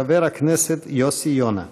חבר הכנסת יוסי יונה.